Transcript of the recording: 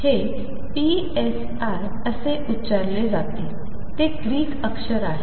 हे Psi असे उच्चारले जाते ते ग्रीक अक्षर आहे